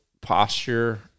posture